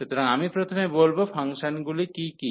সুতরাং আমি প্রথমে বলব ফাংশনগুলি কী কী